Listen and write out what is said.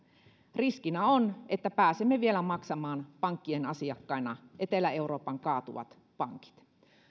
riskinä on että pääsemme vielä maksamaan pankkien asiakkaina etelä euroopan kaatuvat pankit